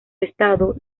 estado